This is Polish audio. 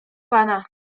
pana